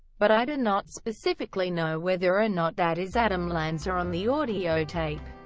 but i do not specifically know whether or not that is adam lanza on the audiotape.